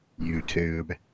YouTube